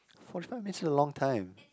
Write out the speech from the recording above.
forty five minutes is a long time